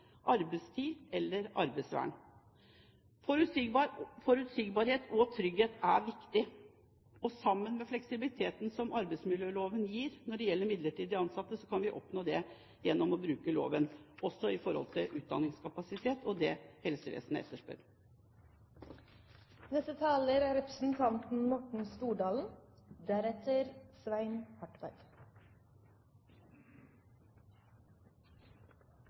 arbeidstid eller arbeidsvern. Forutsigbarhet og trygghet er viktig. Sammen med fleksibiliteten som arbeidsmiljøloven gir når det gjelder midlertidige ansatte, kan vi oppnå det gjennom å bruke loven, også når det gjelder utdanningskapasitet og det helsevesenet etterspør. La meg først gi ros til representanten